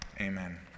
amen